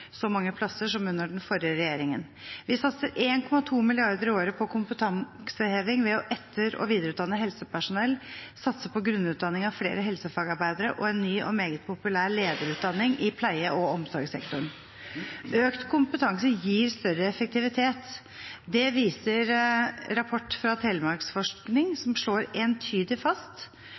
så mange plasser som under den forrige regjeringen. Vi satser 1,2 mrd. kr i året på kompetanseheving ved å etter- og videreutdanne helsepersonell og ved å satse på grunnutdanning av flere helsefagarbeidere og på en ny og meget populær lederutdanning i pleie- og omsorgssektoren. Økt kompetanse gir større effektivitet. Det viser en rapport fra Telemarksforsking som slår entydig fast